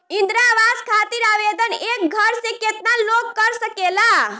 इंद्रा आवास खातिर आवेदन एक घर से केतना लोग कर सकेला?